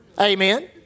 Amen